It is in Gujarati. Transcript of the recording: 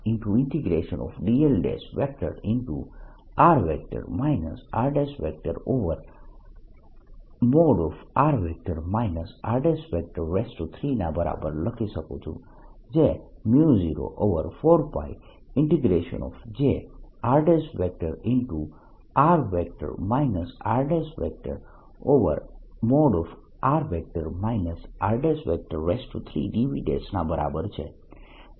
dlJ r dV તેથી હું B ને 0I4πdl×r rr r3 ના બરાબર લખી શકું છું જે 04πJrr rr r3dV ના બરાબર છે